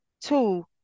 two